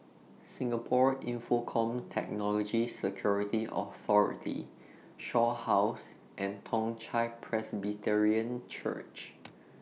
Singapore Infocomm Technology Security Authority Shaw House and Toong Chai Presbyterian Church